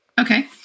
Okay